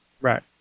Right